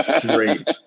Great